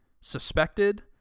suspected